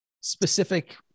specific